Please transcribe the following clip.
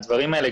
הדברים האלה,